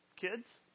Kids